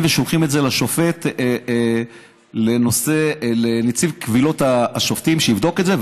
ושולחים את זה לנציב קבילות השופטים שיבדוק את זה,